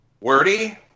wordy